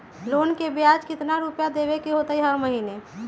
Loan के ब्याज कितना रुपैया देबे के होतइ हर महिना?